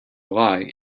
lie